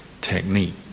technique